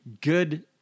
good